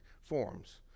forms